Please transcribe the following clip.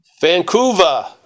Vancouver